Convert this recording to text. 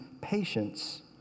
patience